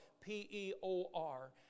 P-E-O-R